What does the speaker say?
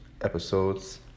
episodes